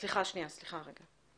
אפשר לפרק את זה?